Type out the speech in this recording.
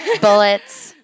Bullets